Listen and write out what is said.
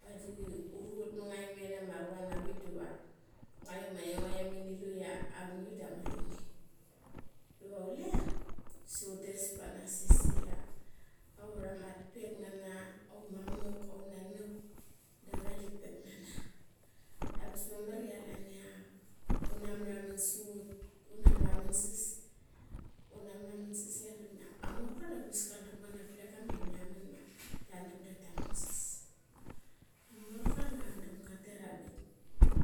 Vadi uru chut ma nga iom ina ma ruan avangbik diwa, nga iom ini lu ia avani vik dia amar ini. Diwa chule sa utes panas sai. sai aura mat pek nana, aut mamak, aun nanak dau ura lik vek nana. Da angabas mamar ia klan ia una meraman sa ut, una maraman sas i amorka da angabas ka daram kana vlek kama meraman ma the daram tha thaman sas. Amorka da chaderem ga ther avang bik